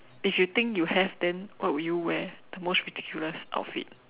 if you think you have then what would you wear the most ridiculous outfit